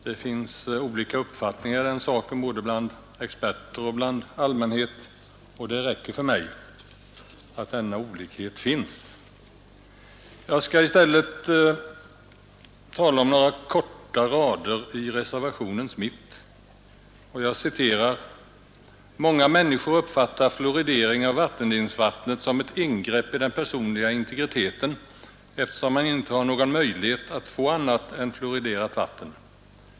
Det finns olika uppfattningar om den saken bland både experter och allmänhet, och det räcker för mig att denna olikhet finns. Jag skall i stället tala om några få rader i reservationens mitt — jag citerar: ”Många människor uppfattar fluoridering av vattenledningsvattnet som ett ingrepp i den personliga integriteten, eftersom man inte har någon möjlighet att få annat än fluoriderat vatten.